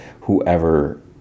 whoever